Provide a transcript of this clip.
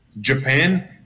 Japan